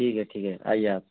ٹھیک ہے ٹھیک ہے آئیے آپ